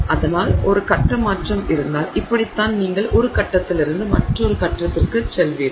அதனால் ஒரு கட்ட மாற்றம் இருந்தால் இப்படித்தான் நீங்கள் ஒரு கட்டத்திலிருந்து மற்றொரு கட்டத்திற்குச் செல்வீர்கள்